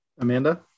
Amanda